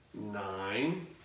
nine